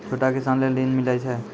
छोटा किसान लेल ॠन मिलय छै?